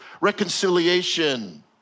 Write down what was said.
reconciliation